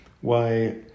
Why